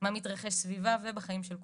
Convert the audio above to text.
מה מתרחש סביבה ובחיים של כולנו.